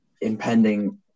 impending